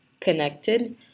connected